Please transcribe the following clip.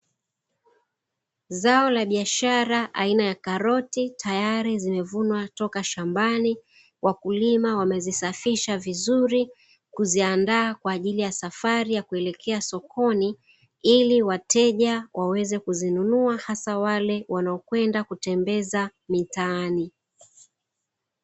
Zao la biashara aina ya karoti tayari zimevunwa toka shambani, wakulima wamezisafisha vizuri, kuziandaa kwa ajili ya safari ya kuelekea sokoni ili wateja waweze kuzinunua hasa wale wanaokwenda kutembeza mtaani.